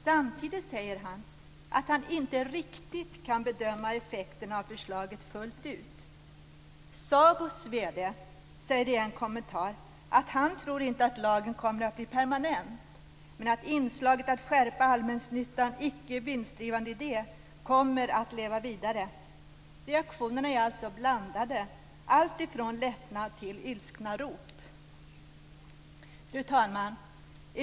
Samtidigt säger han att han inte riktigt kan bedöma effekterna av förslaget fullt ut. SABO:s vd säger i en kommentar att han inte tror att lagen kommer att bli permanent, men att inslaget att skärpa allmännyttans icke vinstgivande idé kommer att leva vidare. Reaktionerna är alltså blandade alltifrån lättnad till ilskna rop. Fru talman!